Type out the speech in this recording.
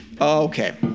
Okay